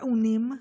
מעונים,